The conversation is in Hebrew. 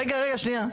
רגע, רגע, שנייה.